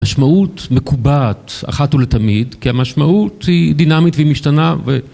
משמעות מקובעת אחת ולתמיד, כי המשמעות היא דינמית והיא משתנה ו...